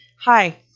hi